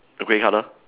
grey colour